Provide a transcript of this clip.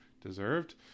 deserved